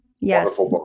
Yes